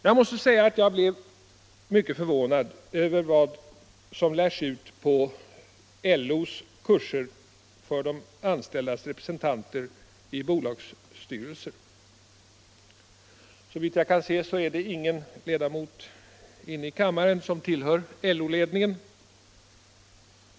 Jag måste säga att jag blev mycket förvånad när jag fick veta vad som lärs ut på LO:s kurser för de anställdas representanter i bolagsstyrelser. Såvitt jag kan se är det ingen ledamot inne i kammaren som tillhör LO-ledningen.